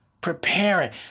preparing